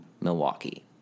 Milwaukee